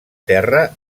terra